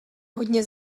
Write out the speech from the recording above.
hodně